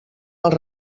els